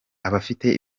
abafite